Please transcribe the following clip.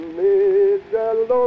middle